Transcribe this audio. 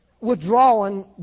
withdrawing